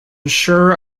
sure